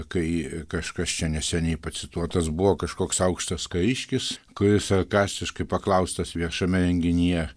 kai kažkas čia neseniai pacituotas buvo kažkoks aukštas kariškis kuris sarkastiškai paklaustas viešame renginyje